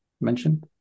mention